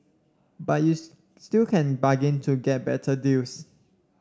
but you still can bargain to get better deals